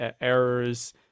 errors